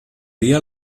día